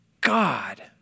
God